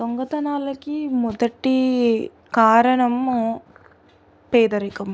దొంగతనాలకి మొదటి కారణము పేదరికం